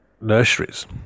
nurseries